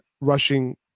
rushing